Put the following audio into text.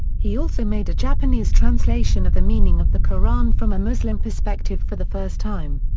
he also made a japanese translation of the meaning of the qur'an from a muslim perspective for the first time.